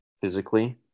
physically